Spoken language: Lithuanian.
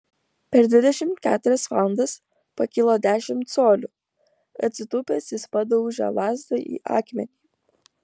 per dvidešimt keturias valandas pakilo dešimt colių atsitūpęs jis padaužė lazdą į akmenį